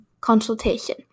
consultation